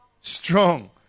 strong